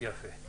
אנחנו